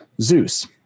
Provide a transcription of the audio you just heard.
Zeus